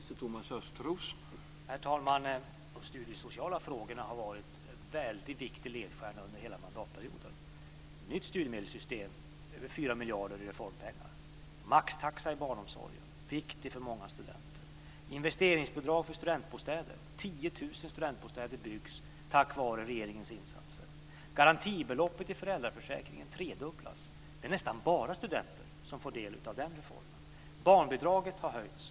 Herr talman! De studiesociala frågorna har varit en väldigt viktig ledstjärna under hela mandatperioden. Det handlar om ett nytt studimedelssystem med över 4 miljarder i reformpengar. Det handlar om maxtaxan i barnomsorgen som är viktig för många studenter. Det handlar om investeringsbidrag för studentbostäder. Det byggs 10 000 studentbostäder tack vare regeringens insatser. Det handlar om att garantibeloppet i föräldraförsäkringen tredubblas. Det är nästan bara studenter som får del av den reformen. Det handlar om barnbidraget som har höjts.